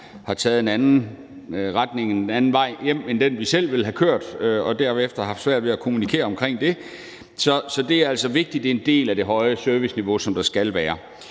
har taget en anden retning, en anden vej hjem end den, vi selv ville have kørt, og derefter har haft svært ved at kommunikere om det. Så det er altså vigtigt, at det er en del af det høje serviceniveau, der skal være.